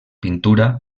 pintura